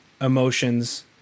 emotions